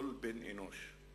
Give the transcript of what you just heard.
לכל בן אנוש.